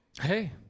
Hey